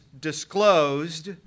disclosed